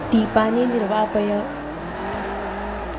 दीपानि निर्वापय